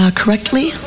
correctly